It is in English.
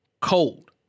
Cold